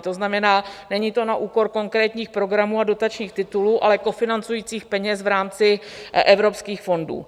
To znamená, není to na úkor konkrétních programů a dotačních titulů, ale kofinancujících peněz v rámci evropských fondů.